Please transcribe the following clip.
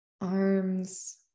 arms